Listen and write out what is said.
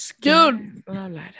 Dude